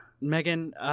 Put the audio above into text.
Megan